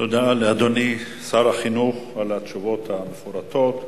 תודה לאדוני שר החינוך על התשובות המפורטות.